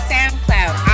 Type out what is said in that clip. SoundCloud